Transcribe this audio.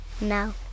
no